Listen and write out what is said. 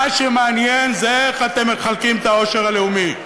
מה שמעניין זה איך אתם מחלקים את העושר הלאומי.